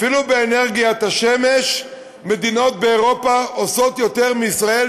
אפילו באנרגיית השמש מדינות באירופה עושות יותר מישראל,